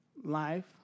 life